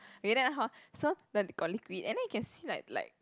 okay then hor so the got liquid and then you can see like like